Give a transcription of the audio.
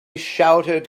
shouted